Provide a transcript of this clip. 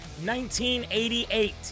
1988